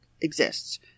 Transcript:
exists